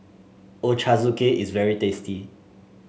Ochazuke is very tasty